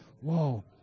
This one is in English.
Whoa